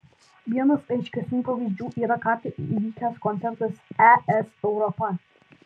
vienas aiškesnių pavyzdžių yra ką tik įvykęs koncertas es europa